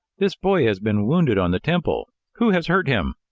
this boy has been wounded on the temple. who has hurt him?